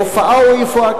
הופעה או אי-הופעה,